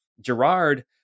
Gerard